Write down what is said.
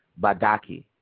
Badaki